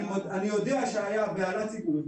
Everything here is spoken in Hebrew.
אני יודע שהייתה בהלה ציבורית,